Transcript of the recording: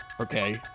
okay